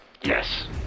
Yes